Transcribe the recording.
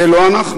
זה לא אנחנו.